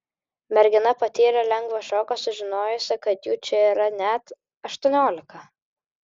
mergina patyrė lengvą šoką sužinojusi kad jų čia yra net aštuoniolika